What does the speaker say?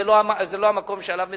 זה לא המקום שעליו מדברים.